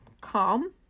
calm